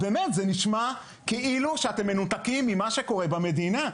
זה נשמע כאילו שאתם מנותקים ממה שקורה במדינה.